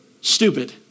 stupid